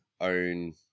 own